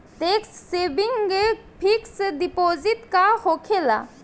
Tax saving fixed deposit का होखे ला?